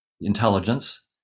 intelligence